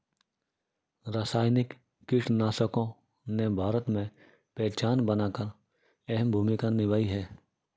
रासायनिक कीटनाशकों ने भारत में पहचान बनाकर अहम भूमिका निभाई है